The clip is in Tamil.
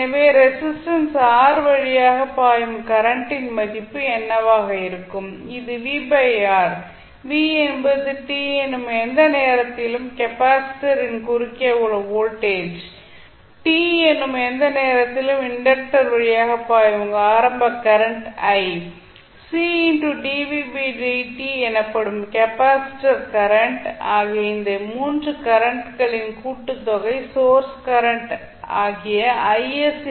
எனவே ரேசிஸ்டன்ஸ் R வழியாக பாயும் கரண்டின் மதிப்பு என்னவாக இருக்கும் இது VR V என்பது t எனும் எந்த நேரத்திலும் கெப்பாசிட்டரின் குறுக்கே உள்ள வோல்டேஜ் t எனும் எந்த நேரத்திலும் இண்டக்டர் வழியாக பாயும் ஆரம்ப கரண்ட் i C dvdt எனப்படும் கெப்பாசிட்டர் கரண்ட் ஆகிய இந்த 3 கரண்ட்களின் கூட்டுத்தொகை சோர்ஸ் கரண்ட் ஆகிய Is